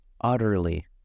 utterly